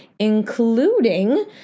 including